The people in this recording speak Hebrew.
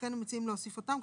ולכן אנו מציעים להוסיף אותם,